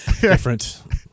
different